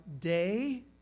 day